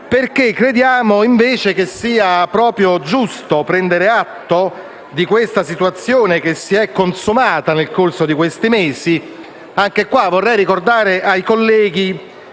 perché crediamo invece che sia giusto prendere atto della situazione che si è consumata nel corso di questi mesi. Vorrei ricordare ai colleghi